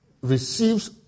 receives